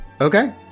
Okay